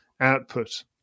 output